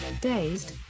Dazed